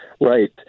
Right